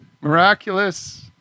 Miraculous